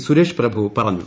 സുരേഷ് പ്രഭു പറഞ്ഞു